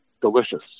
delicious